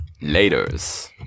Later's